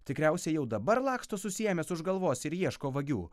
tikriausiai jau dabar laksto susiėmęs už galvos ir ieško vagių